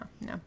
no